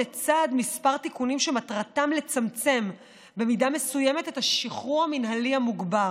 לצד כמה תיקונים שמטרתם לצמצם במידה מסוימת את השחרור המינהלי המוגבר